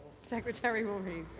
secretary will read.